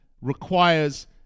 requires